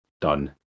done